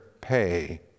pay